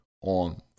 on